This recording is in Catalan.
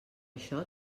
això